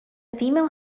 female